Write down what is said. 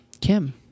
kim